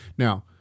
Now